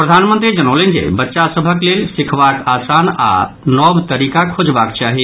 प्रधानमंत्री जनौलनि जे बच्चा सभक लेल सिखबाक आसान आओर नव तरीका खोजबाक चाही